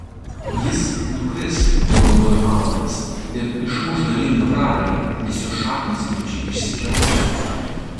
jis nukris pagalvojo alanas ir išmuš galingą prarają nes jo šaknys plačiai išsikerojusios